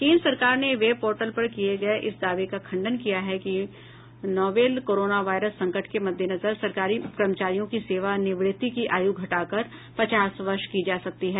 केन्द्र सरकार ने वेब पोर्टल पर किए गए इस दावे का खण्डन किया है कि नोवेल कोरोना वायरस संकट के मद्देनजर सरकारी कर्मचारियों की सेवानिवृति की आयु घटाकर पचास वर्ष की जा सकती है